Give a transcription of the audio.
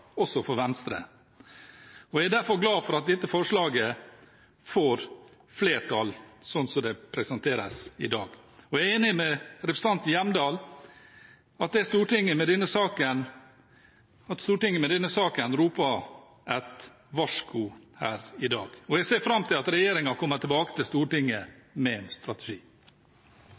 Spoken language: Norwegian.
også for Venstre, og jeg er derfor glad for at dette forslaget får flertall, slik som det presenteres i dag. Jeg er enig med representanten Hjemdal i at Stortinget med denne saken roper et varsku her i dag, og jeg ser fram til at regjeringen kommer tilbake til Stortinget med en strategi.